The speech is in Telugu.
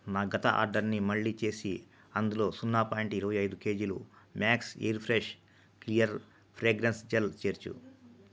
నా గత ఆర్డర్ని మళ్ళీ చేసి అందులో సున్నా పాయింట్ ఇరవై ఐదు కేజీలు max air fresh clear fragrance gel చేర్చు